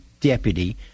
deputy